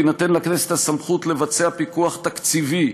תינתן לכנסת הסמכות לביצוע פיקוח תקציבי,